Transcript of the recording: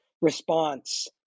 response